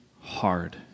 hard